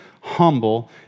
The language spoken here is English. humble